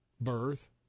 birth